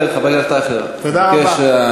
תודה רבה.